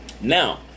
now